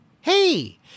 Hey